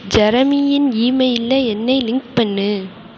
ஜெரமியின் ஈமெயிலில் என்னை லிங்க் பண்ணு